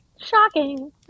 Shocking